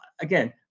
again